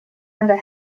other